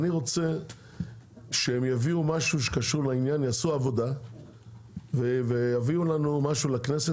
אני רוצה שהם יעשו עבודה ויביאו לכנסת